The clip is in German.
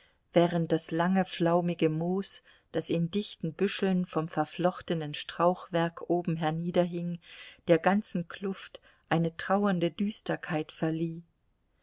während das lange flaumige moos das in dichten büscheln vom verflochtenen strauchwerk oben herniederhing der ganzen kluft eine trauernde düsterkeit verlieh